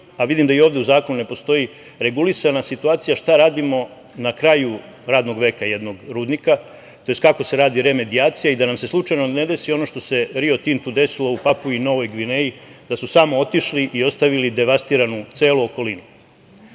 a vidim da i ovde u zakonu ne postoji regulisana situacija šta radimo na kraju radnog veka, jednog rudnika, tj. kako se rade remedijacije i da nam se slučajno ne desi ono što se Rio Tintu desilo u Papuu i Novog Gvineji, da su samo otišli i ostavili devastiranu celu okolinu. Takođe